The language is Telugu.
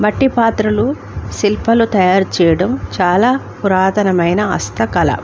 మట్టి పాత్రలు శిల్పాలు తయారు చేయడం చాలా పురాతనమైన హస్తకళ